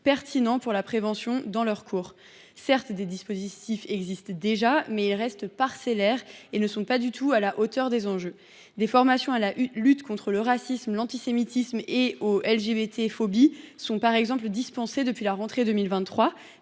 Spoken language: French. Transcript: cours en matière de prévention. Certes, des dispositifs existent déjà, mais ils restent parcellaires et ne sont pas du tout à la hauteur des enjeux. Des formations à la lutte contre le racisme, l’antisémitisme et les LGBTphobies sont, par exemple, dispensées depuis la rentrée 2023,